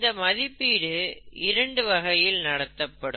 இந்த மதிப்பீடு இரண்டு வகையில் நடத்தப்படும்